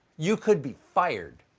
you could be fired.